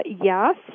yes